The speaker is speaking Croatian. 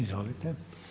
Izvolite.